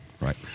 right